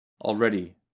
Already